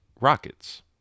Rockets